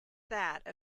that